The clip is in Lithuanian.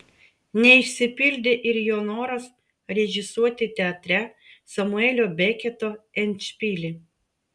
neišsipildė ir jo noras režisuoti teatre samuelio beketo endšpilį